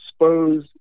expose